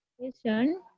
question